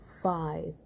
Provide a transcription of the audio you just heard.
five